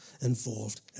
involved